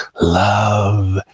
love